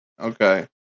Okay